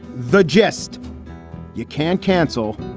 the jeste you can't cancel,